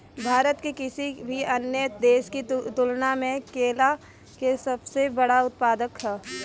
भारत किसी भी अन्य देश की तुलना में केला के सबसे बड़ा उत्पादक ह